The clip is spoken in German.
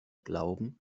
glauben